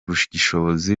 bushishozi